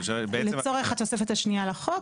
לצורך התוספת השנייה לחוק,